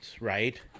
right